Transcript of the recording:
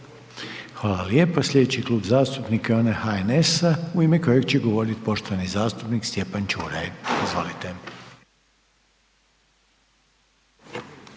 Hvala lijepa. Sljedeći Klub zastupnika je onaj Glasa u ime kojeg će govoriti poštovana zastupnica Anka Mrak Taritaš.